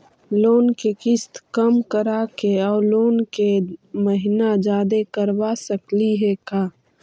Loan के किस्त कम कराके औ लोन के महिना जादे करबा सकली हे का?